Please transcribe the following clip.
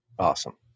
awesome